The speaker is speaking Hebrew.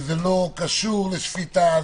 שזה לא קשור לשפיטה,